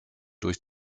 durch